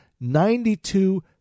Ninety-two